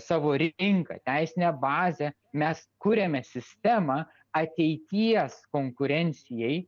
savo rinką teisinę bazę mes kuriame sistemą ateities konkurencijai